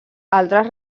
altres